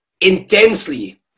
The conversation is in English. intensely